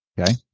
Okay